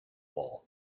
wall